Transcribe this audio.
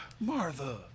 martha